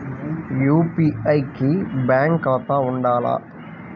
UPI కి bank ఖాతా ఉండాల?